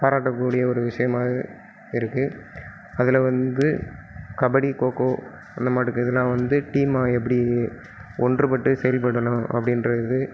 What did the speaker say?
பாராட்டக்கூடிய ஒரு விஷயமாக இருக்குது அதில் வந்து கபடி கோகோ அந்தமாட்டுக்கு இதெல்லாம் வந்து டீம்மாக எப்படி ஒன்றுபட்டு செயல்படணும் அப்படின்ற இது